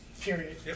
Period